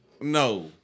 No